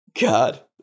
God